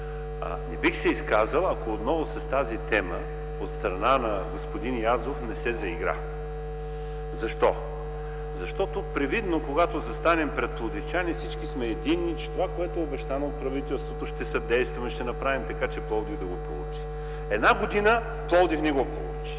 Не бих се изказал, ако с тази тема от страна на господин Язов отново не се заигра. Защо? Защото привидно, когато застанем пред пловдивчани всички сме единни, че това, което е обещано от правителството ще съдействаме и ще направим така, че Пловдив да го получи. Една година Пловдив не го получи.